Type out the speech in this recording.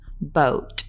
boat